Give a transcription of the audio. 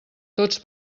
tots